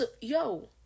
Yo